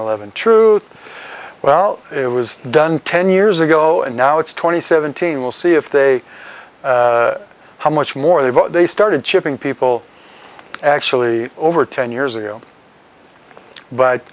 eleven truth well it was done ten years ago and now it's twenty seventeen we'll see if they how much more than what they started shipping people actually over ten years ago but